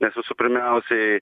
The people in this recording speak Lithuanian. nes visų pirmiausiai